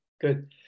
good